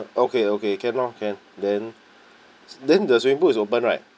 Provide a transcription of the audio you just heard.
okay okay can lor can then then the swimming pool is open right